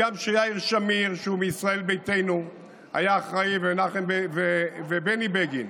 גם יאיר שמיר שהוא מישראל ביתנו היה אחראי ובני בגין